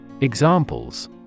Examples